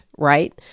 Right